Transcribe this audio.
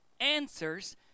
answers